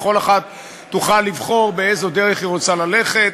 וכל אחת תוכל לבחור באיזו דרך היא רוצה ללכת,